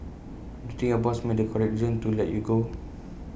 think your boss made the correct decision to let you go